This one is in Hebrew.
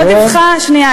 לא דיווחה, שנייה.